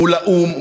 מול האו"ם,